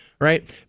Right